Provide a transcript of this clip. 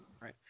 Right